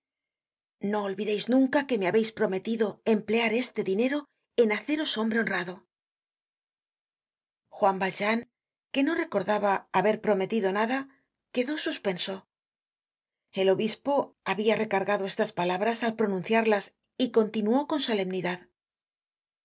no olvideis nunca que me habeis prometido emplear este dinero en haceros hombre honrado juan valjean que no recordaba haber prometido nada quedó suspenso el obispo habia recargado estas palabras al pronunciarlas y continuó con